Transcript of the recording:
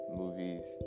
movies